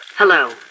Hello